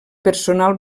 personal